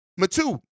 Matu